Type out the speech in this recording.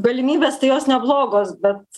galimybės tai jos neblogos bet